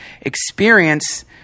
experience